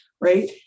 right